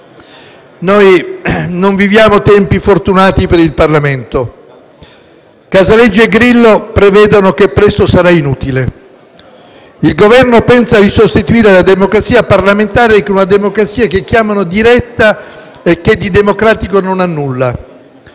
Non viviamo tempi fortunati per il Parlamento. Casaleggio e Grillo prevedono che presto sarà inutile. Il Governo pensa di sostituire la democrazia parlamentare con una democrazia che chiamano diretta e che di democratico non ha nulla.